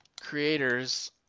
creators